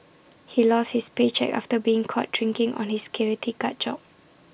he lost his paycheck after being caught drinking on his security guard job